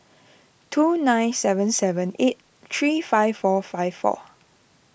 two nine seven seven eight three five four five four